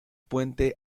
puente